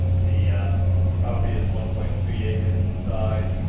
the property is one point three acres in size.